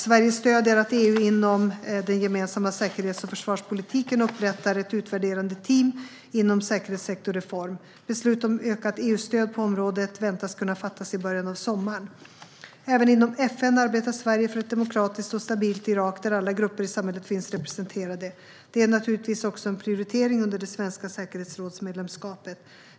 Sverige stöder att EU inom den gemensamma säkerhets och försvarspolitiken upprättar ett utvärderande team inom säkerhetssektorreform. Beslut om ökat EU-stöd på området väntas kunna fattas i början av sommaren. Även inom FN arbetar Sverige för ett demokratiskt och stabilt Irak, där alla grupper i samhället finns representerade. Det är naturligtvis också en prioritering under det svenska säkerhetsrådsmedlemskapet.